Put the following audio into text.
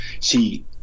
see